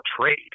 trade